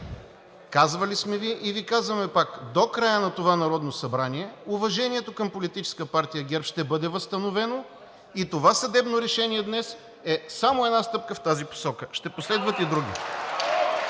Казвали сме Ви и Ви казваме пак: до края на това Народно събрание уважението към Политическа партия ГЕРБ ще бъде възстановено и това съдебно решение днес е само една стъпка в тази посока, ще последват и други.